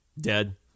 dead